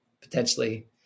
potentially